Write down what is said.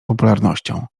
popularnością